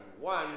one